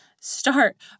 start